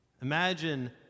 Imagine